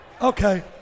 Okay